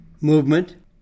movement